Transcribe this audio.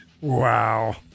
Wow